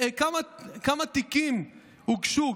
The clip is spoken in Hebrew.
כמה תיקים הוגשו?